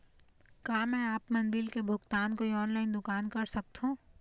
का मैं आपमन बिल के भुगतान कोई ऑनलाइन दुकान कर सकथों?